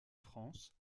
france